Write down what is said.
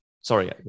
sorry